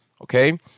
Okay